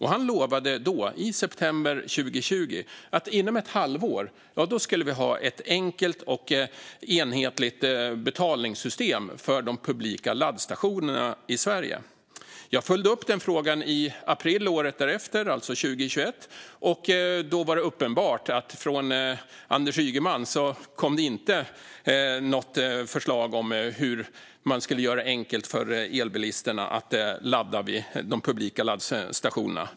Han lovade då, i september 2020, att vi inom ett halvår skulle ha ett enkelt och enhetligt betalsystem för de publika laddstationerna i Sverige. Jag följde upp den frågan i april året efter, alltså 2021, och då var det uppenbart att från Anders Ygeman skulle det inte komma något förslag om hur man skulle göra enkelt för elbilisterna att ladda vid publika laddstationer.